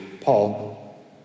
Paul